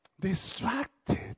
distracted